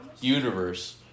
universe